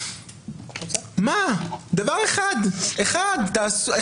דבר אחד תעשו.